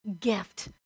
gift